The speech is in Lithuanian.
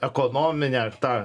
ekonominę tą